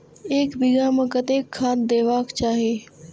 एक बिघा में कतेक खाघ देबाक चाही?